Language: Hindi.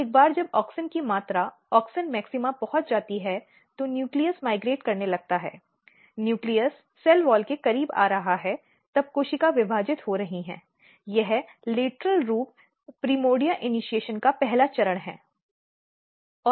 एक बार जब ऑक्सिन की मात्रा ऑक्सिन मैक्सिमा पहुंच जाती है तो न्यूक्लियस माइग्रेट करने लगता है न्यूक्लियस सेल वॉल के करीब आ रहा है तब कोशिकाएँ विभाजित हो रही हैं यह लेटरल रूप प्राइमर्डिया इनिशीएशन का पहला चरण है